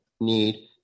need